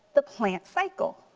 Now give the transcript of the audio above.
the plant cycle.